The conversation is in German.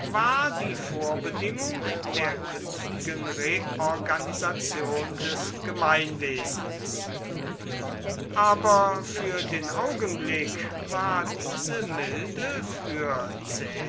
war die vorbedingung der künftigen reorganisation des gemeinwesens aber für den augenblick war diese milde für